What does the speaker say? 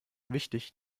wichtig